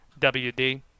WD